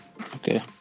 Okay